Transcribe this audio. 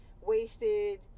wasted